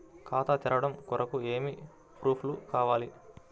ఖాతా తెరవడం కొరకు ఏమి ప్రూఫ్లు కావాలి?